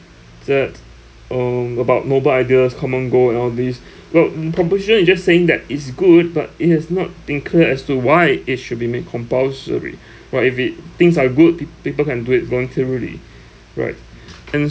that um about noble ideas common goal and all these well in proposition you just saying that is good but it has not incur as to why it should be made compulsory but if it things are good peo~ people can do it voluntarily right and